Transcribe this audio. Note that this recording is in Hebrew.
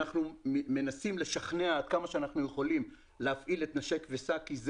אנחנו מנסים לשכנע עד כמה שאנחנו יכולים להפעיל את נשק וסע כי זה